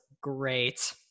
great